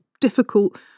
difficult